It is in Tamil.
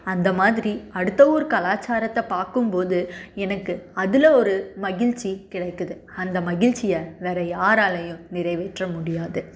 அந்த மாதிரி அடுத்த ஊர் கலாச்சாரத்தை பார்க்கும்போது எனக்கு அதில் ஒரு மகிழ்ச்சி கிடைக்கிறது அந்த மகிழ்ச்சியை வேறே யாராலேயும் நிறைவேற்ற முடியாது